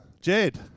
Jed